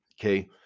okay